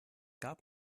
gab